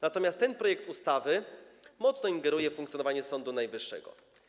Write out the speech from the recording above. Natomiast ten projekt ustawy mocno ingeruje w funkcjonowanie Sądu Najwyższego.